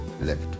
left